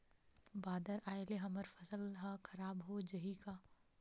बादर आय ले हमर फसल ह खराब हो जाहि का?